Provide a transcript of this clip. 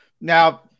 Now